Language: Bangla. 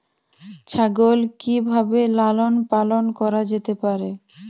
ছাগল কি ভাবে লালন পালন করা যেতে পারে?